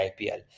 IPL